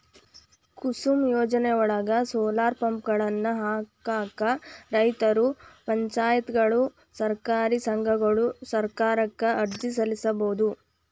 ಕುಸುಮ್ ಯೋಜನೆಯೊಳಗ, ಸೋಲಾರ್ ಪಂಪ್ಗಳನ್ನ ಹಾಕಾಕ ರೈತರು, ಪಂಚಾಯತ್ಗಳು, ಸಹಕಾರಿ ಸಂಘಗಳು ಸರ್ಕಾರಕ್ಕ ಅರ್ಜಿ ಸಲ್ಲಿಸಬೋದು